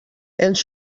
els